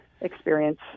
experience